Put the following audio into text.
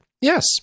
yes